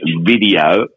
video